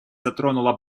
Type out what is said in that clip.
затронула